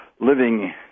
living